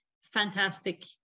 fantastic